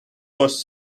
was